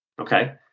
okay